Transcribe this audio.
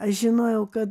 aš žinojau kad